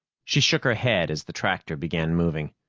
she shook her head as the tractor began moving.